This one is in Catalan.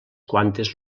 quantes